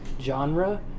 genre